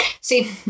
See